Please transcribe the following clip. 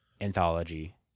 anthology